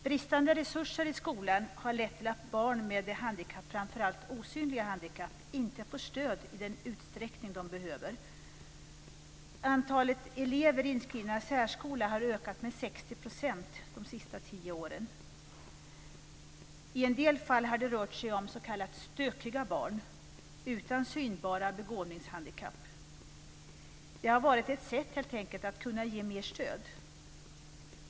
Bristande resurser i skolan har lett till att barn med handikapp, framför allt osynliga handikapp, inte får stöd i den utsträckning de behöver. Antalet elever inskrivna i särskola har ökat med 60 % de sista tio åren. I en del fall har det rört sig om s.k. stökiga barn, utan synbara begåvningshandikapp. Det har helt enkelt varit ett sätt att kunna ge mer stöd.